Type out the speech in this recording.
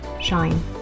shine